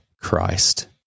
Christ